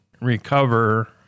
recover